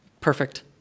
Perfect